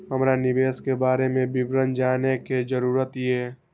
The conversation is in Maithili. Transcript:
हमरा निवेश के बारे में विवरण जानय के जरुरत ये?